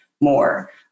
more